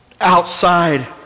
Outside